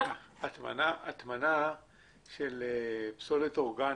הטמנה של פסולת אורגנית,